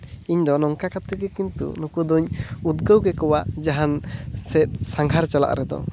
ᱤᱧ ᱫᱚ ᱱᱚᱝᱠᱟ ᱠᱟᱛᱮᱫ ᱜᱮ ᱠᱤᱱᱛᱩ ᱱᱩᱠᱩ ᱫᱚᱧ ᱩᱫᱽᱜᱟᱹᱣ ᱜᱮᱠᱚᱣᱟ ᱡᱟᱦᱟᱱ ᱥᱮᱫ ᱥᱟᱸᱜᱷᱟᱨ ᱪᱟᱞᱟᱜ ᱨᱮᱫᱚ